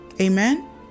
amen